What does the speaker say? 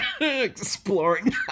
Exploring